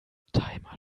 timer